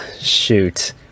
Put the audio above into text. shoot